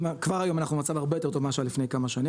כבר המצב היום יותר טוב ממה שהיה לפני כמה שנים